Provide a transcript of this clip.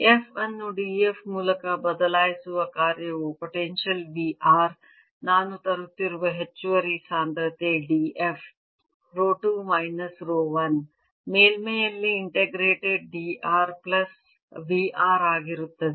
F ಅನ್ನು df ಮೂಲಕ ಬದಲಾಯಿಸುವ ಕಾರ್ಯವು ಪೊಟೆನ್ಶಿಯಲ್ V r ನಾನು ತರುತ್ತಿರುವ ಹೆಚ್ಚುವರಿ ಸಾಂದ್ರತೆ df ರೋ 2 ಮೈನಸ್ ರೋ 1 ಮೇಲ್ಮೈಯಲ್ಲಿ integrated d r plus V r ಆಗಿರುತ್ತದೆ